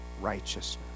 righteousness